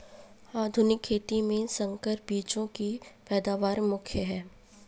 आधुनिक खेती में संकर बीजों की पैदावार मुख्य हैं